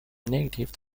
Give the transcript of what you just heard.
native